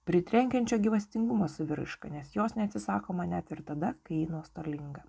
pritrenkiančio gyvastingumo saviraiška nes jos neatsisakoma net ir tada kai nuostolinga